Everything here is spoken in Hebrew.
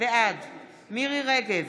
בעד מירי מרים רגב,